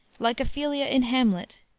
like ophelia in hamlet,